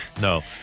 No